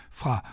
fra